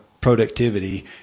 productivity